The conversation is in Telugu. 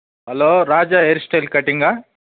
hello Raja hair style కటింగా